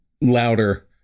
louder